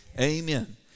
Amen